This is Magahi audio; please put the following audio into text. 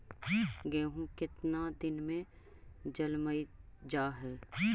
गेहूं केतना दिन में जलमतइ जा है?